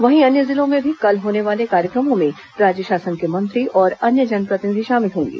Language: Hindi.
वहीं अन्य जिलों में भी कल होने वाले कार्यक्रमों में राज्य शासन के मंत्री और अन्य जनप्रतिनिधि शामिल होंगे